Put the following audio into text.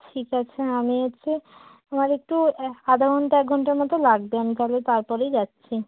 ঠিক আছে আমি একটু আমার একটু এ আধ ঘন্টা এক ঘন্টা মতো লাগবে আমি তাহলে তারপরেই যাচ্ছি